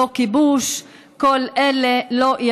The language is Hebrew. לא כיבוש,